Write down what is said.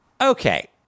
Okay